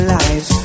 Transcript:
lives